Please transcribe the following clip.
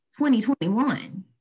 2021